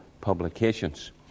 publications